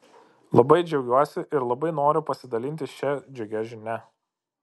labai džiaugiuosi ir labai noriu pasidalinti šia džiugia žinia